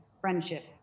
friendship